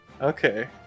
Okay